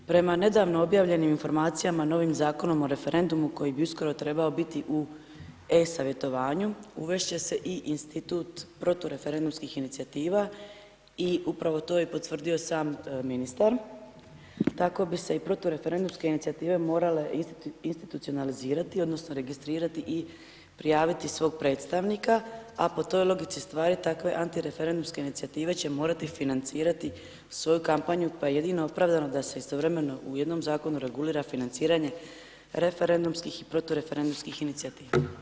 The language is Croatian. Prema nedavno objavljenim informacijama novim Zakonom o referendumu koji bi uskoro trebao biti u e-Savjetovanju, uvest će se i institut protureferendumskih inicijativa i upravo to je potvrdio i sam ministar, tako bi se i protureferendumske inicijative morale institucionalizirati odnosno registrirati i prijaviti svog predstavnika, a po toj logici stvari, takve antireferendumske inicijative će morati financirati svoju kampanju, pa je jedino opravdano da se istovremeno u jednom zakonu regulira financiranje referendumskih i protureferendumskih inicijativa.